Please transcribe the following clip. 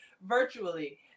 virtually